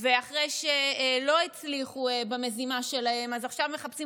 אחרי שלא הצליחו במזימה שלהם אז עכשיו מחפשים